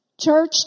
Church